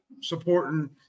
supporting